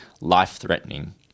life-threatening